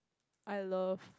I love